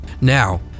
Now